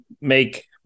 make